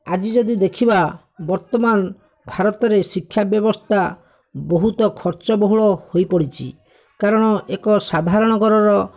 ଆଜି ଯଦି ଦେଖିବା ବର୍ତ୍ତମାନ ଭାରତରେ ଶିକ୍ଷା ବ୍ୟବସ୍ଥା ବହୁତ ଖର୍ଚ୍ଚ ବହୁଳ ହୋଇ ପଡ଼ିଛି କାରଣ ଏକ ସାଧାରଣ ଘରର